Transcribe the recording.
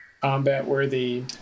combat-worthy